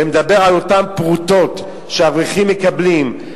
מדבר על אותן פרוטות שהאברכים מקבלים,